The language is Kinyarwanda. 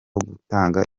gutanga